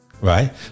right